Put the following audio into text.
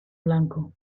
blanco